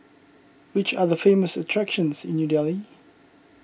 which are the famous attractions in New Delhi